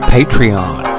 Patreon